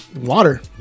water